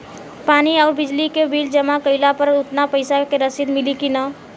पानी आउरबिजली के बिल जमा कईला पर उतना पईसा के रसिद मिली की न?